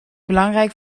belangrijk